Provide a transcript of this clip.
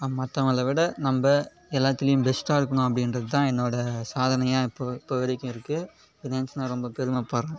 மற்றவங்கள விட நம்ம எல்லாத்துலேயும் பெஸ்ட்டாக இருக்கணும் அப்படின்றதுதான் என்னோடய சாதனையாக இப்போது இப்போது வரைக்கும் இருக்குது இதை நினைச்சி நான் ரொம்ப பெருமைப்படுறேன்